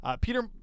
Peter